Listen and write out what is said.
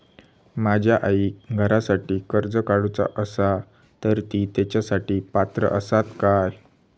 माझ्या आईक घरासाठी कर्ज काढूचा असा तर ती तेच्यासाठी पात्र असात काय?